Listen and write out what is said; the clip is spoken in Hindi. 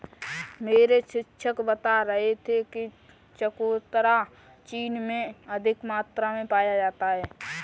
मेरे शिक्षक बता रहे थे कि चकोतरा चीन में अधिक मात्रा में पाया जाता है